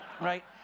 right